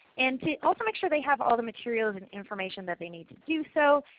and to also make sure they have all the materials and information that they need to do so,